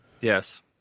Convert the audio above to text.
yes